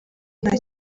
nta